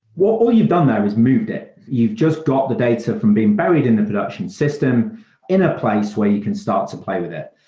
what all you've done there is moved it. you've just got the data from being buried in the production system in a place where you can start to play with it.